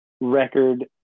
record